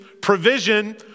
provision